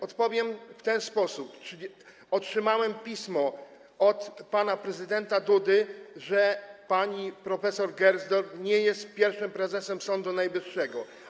Odpowiem w ten sposób: otrzymałem pismo od pana prezydenta Dudy, że pani prof. Gersdorf nie jest pierwszym prezesem Sądu Najwyższego.